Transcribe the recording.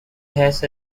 has